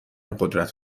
قدرت